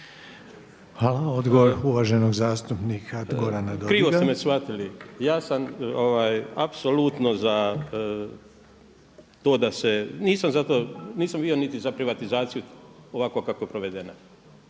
Hvala. Odgovor uvaženog zastupnika Gorana Dodiga. **Dodig, Goran (HDS)** Krivo ste me shvatili. Ja sam apsolutno za to da se, nisam bio niti za privatizaciju ovako kako je provedena,